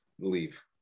leave